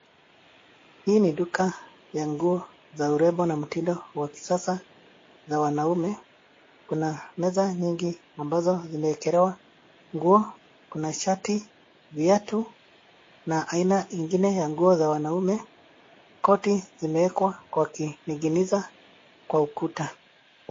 Hii ni duka ya nguo za urembo na mtindo wa kisasa la wanaume. Kuna meza nyingi ambazo zimeekelewa nguo. Kuna shati viatu na aina ingine ya nguo za wanaume ,koti zimeekwa kwa kininginiza, kwa ukuta.